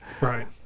Right